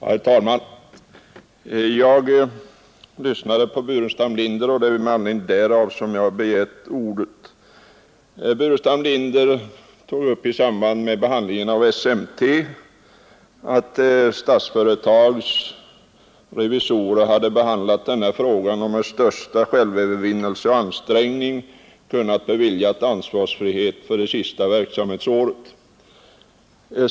Herr talman! Jag lyssnade till herr Burenstam Linder och det är med anledning därav som jag har begärt ordet. Herr Burenstam Linder nämnde i samband med behandlingen av SMT att Statsföretags revisorer hade behandlat den här frågan och med största självövervinnelse och ansträngning kunnat bevilja ledningen ansvarsfrihet för det senaste verksamhetsåret.